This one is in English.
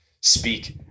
speak